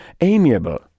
amiable